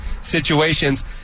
situations